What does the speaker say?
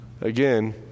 Again